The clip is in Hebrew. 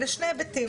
לשני היבטים.